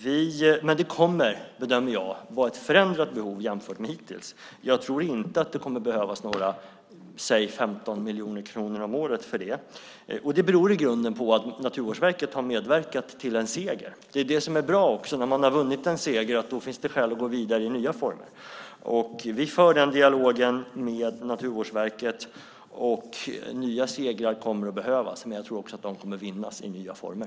Jag bedömer att det kommer att vara ett förändrat behov jämfört med hittills. Jag tror inte att det kommer att behövas några 15 miljoner kronor om året för det. Det beror på att Naturvårdsverket har medverkat till en seger. Det som är bra är att när man har vunnit en seger finns det skäl att gå vidare i nya former. Vi för den dialogen med Naturvårdsverket. Nya segrar kommer att behövas, men jag tror också att de kommer att vinnas i nya former.